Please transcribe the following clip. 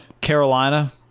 Carolina